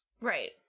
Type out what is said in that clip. Right